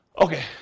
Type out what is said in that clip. Okay